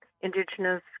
indigenous